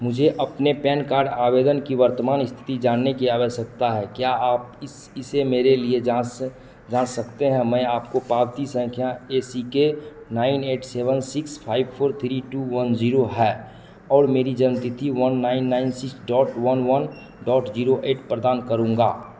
मुझे अपने PAN card आवेदन की वर्तमान स्थिति जानने की आवश्यकता है क्या आप इसे मेरे लिए जांच जांच सकते हैं मैं आपको पावती संख्या A C K nine eight seven six five four three two one zero है और मेरी जन्म तिथि one nine nine six dot one one dot zero eight प्रदान करूंगा